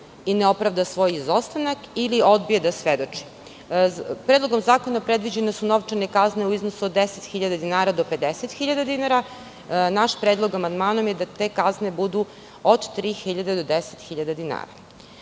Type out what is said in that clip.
i ne opravda svoj izostanak ili odbije da svedoči. Predlogom zakona predviđene su novčane kazne u iznosu od 10.000 dinara do 50.000 dinara. Naš predlog amandmanom je da te kazne budu od 3.000 do 10.000 dinara. Osim